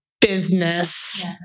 business